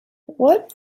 what